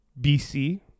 bc